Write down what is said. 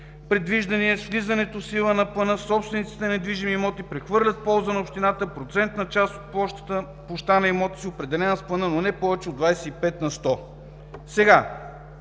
предвиждания с влизането в сила на плана собствениците на недвижими имоти прехвърлят в полза на общината процентна част от площта на имота си, определена с плана, но не повече от 25 на сто.“ Какво